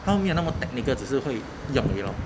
他没那么 technical 只是会用于 lor